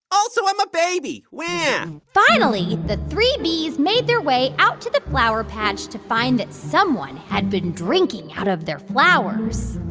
also, i'm a baby. wah yeah finally, the three bees made their way out to the flower patch to find that someone had been drinking out of their flowers